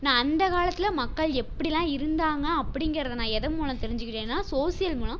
நான் அந்தக் காலத்தில் மக்கள் எப்படில்லாம் இருந்தாங்கள் அப்படிங்கறத நான் எதன் மூலம் தெரிஞ்சுக்கறேன்னா சோசியல் மூலம்